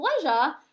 pleasure